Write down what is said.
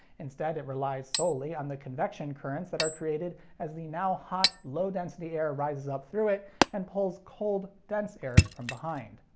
instead it relies solely on the convection currents that are created as the now hot, low density air rises up through it and pulls cold, dense air from behind.